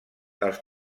els